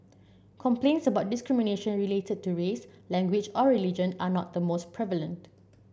complaints about discrimination related to race language or religion are not the most prevalent